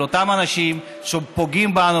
של אותם אנשים שפוגעים בנו,